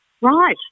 Right